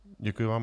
Děkuji vám.